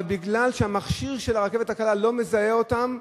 אבל מכיוון שהמכשיר של הרכבת הקלה לא מזהה אותם,